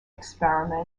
experiment